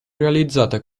realizzata